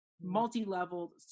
multi-level